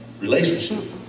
Relationship